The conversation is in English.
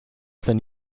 than